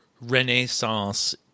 Renaissance